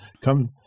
come